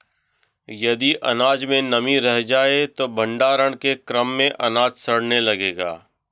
यदि अनाज में नमी रह जाए तो भण्डारण के क्रम में अनाज सड़ने लगेगा